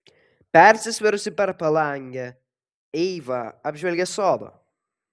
persisvėrusi per palangę eiva apžvelgė sodą